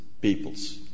peoples